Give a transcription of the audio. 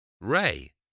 Ray